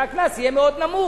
והקנס יהיה מאוד נמוך.